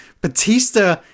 Batista